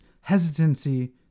hesitancy